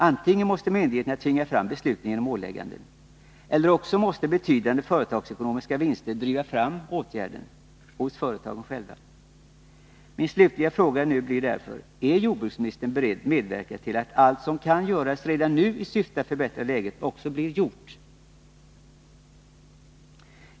Antingen måste myndigheter tvinga fram tenföroreningarna besluten genom åläggande eller också måste betydande företagsekonomiska =; Stenungsundsvinster driva fram åtgärderna hos företagen själva. området Min slutliga fråga i dag blir därför: Är jordbruksministern beredd att medverka till att allt som kan göras redan nu i syfte att förbättra läget också blir gjort?